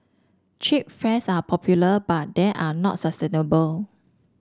cheap fares are popular but they are not sustainable